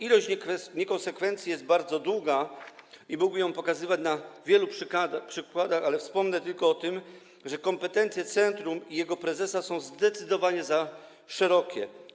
Ilość niekonsekwencji jest bardzo długa i mógłbym ją pokazywać na wielu przykładach, ale wspomnę tylko o tym, że kompetencje centrum i jego prezesa są zdecydowanie za szerokie.